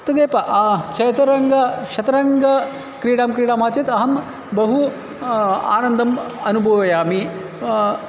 तदेव चतुरङ्गः चतुरङ्गक्रीडां क्रीडामः चेत् अहं बहु आनन्दम् अनुभवामि